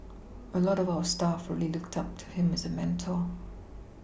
a lot of our staff really looked up to him as a Mentor